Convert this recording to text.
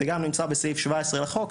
זה גם נמצא בסעיף 17 לחוק,